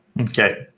Okay